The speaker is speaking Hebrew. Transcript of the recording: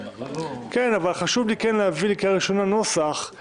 אבל חשוב לי להביא לקריאה ראשונה נוסח,